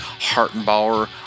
Hartenbauer